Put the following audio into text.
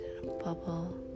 bubble